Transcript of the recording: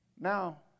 Now